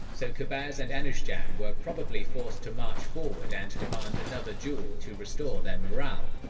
so qubaz and anushjan were probably forced to march forward and demand another duel, to restore their morale.